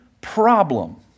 problem